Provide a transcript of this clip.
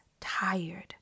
tired